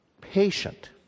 patient